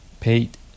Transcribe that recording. paid